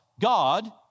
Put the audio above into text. God